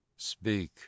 speak